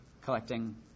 collecting